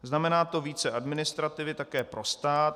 Znamená to více administrativy také pro stát.